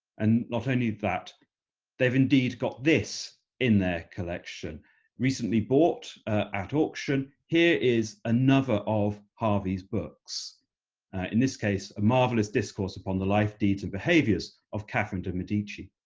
and not only that they've indeed got this in their collection recently bought at auction, here is another of harvey's books in this case a marvelous discourse upon the life deeds and behaviors of catherine de medici.